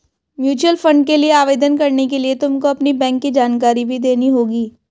mutual fund के लिए आवेदन करने के लिए तुमको अपनी बैंक की जानकारी भी देनी होगी